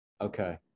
okay